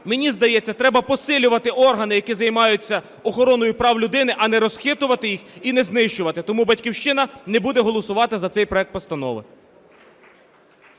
мені здається, треба посилювати органи, які займаються охороною прав людини, а не розхитувати їх і не знищувати. Тому "Батьківщина" не буде голосувати за цей проект постанови.